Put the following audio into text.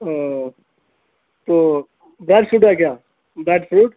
اوہ تو jack fruit ہے کیا جیک فروٹ